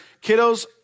Kiddos